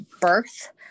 birth